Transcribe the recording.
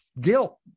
guilt